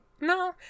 No